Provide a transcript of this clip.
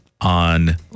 on